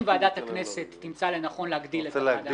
אם ועדת הכנסת תמצא לנכון להגדיל את הוועדה,